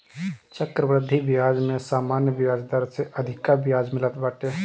चक्रवृद्धि बियाज में सामान्य बियाज दर से अधिका बियाज मिलत बाटे